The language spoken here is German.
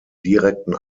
direkten